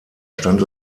stand